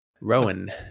Rowan